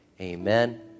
Amen